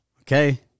Okay